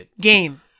game